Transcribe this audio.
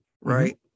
right